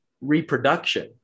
Reproduction